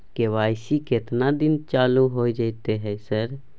KYC केतना दिन चालू होय जेतै है सर?